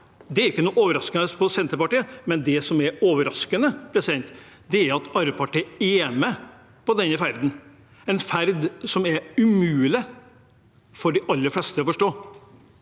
Det er ikke noe overraskende av Senterpartiet, men det som er overraskende, er at Arbeiderpartiet er med på denne ferden, en ferd som er umulig for de aller fleste å forstå.